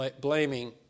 blaming